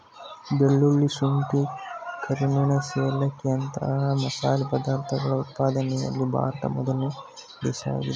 ಬೆಳ್ಳುಳ್ಳಿ, ಶುಂಠಿ, ಕರಿಮೆಣಸು ಏಲಕ್ಕಿಯಂತ ಮಸಾಲೆ ಪದಾರ್ಥಗಳ ಉತ್ಪಾದನೆಯಲ್ಲಿ ಭಾರತ ಮೊದಲನೇ ದೇಶವಾಗಿದೆ